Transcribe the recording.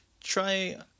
try